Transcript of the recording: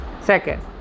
second